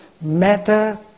matter